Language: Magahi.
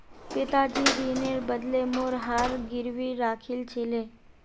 पिताजी ऋनेर बदले मोर हार गिरवी राखिल छिले